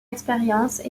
expérience